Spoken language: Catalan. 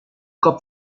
cop